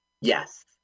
Yes